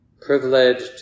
privileged